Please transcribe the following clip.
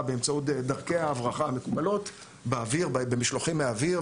בהברחה בדרכי ההברחה המקובלות - במשלוחים מהאוויר,